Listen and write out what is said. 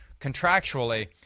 contractually –